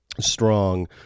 strong